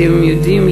אתם יודעים,